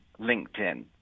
LinkedIn